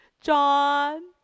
John